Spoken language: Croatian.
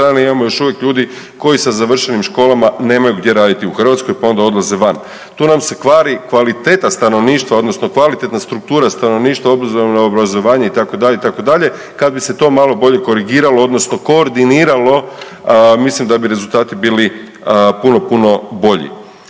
imamo još uvijek ljudi koji sa završenim školama nemaju gdje raditi u Hrvatskoj, pa onda odlaze van. Tu nam se kvari kvaliteta stanovništva odnosno kvalitetna struktura stanovništva obzirom na obrazovanje itd., itd., kad bi se to malo bolje korigiralo odnosno koordiniralo mislim da bi rezultati bili puno puno bolji.